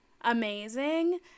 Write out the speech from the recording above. amazing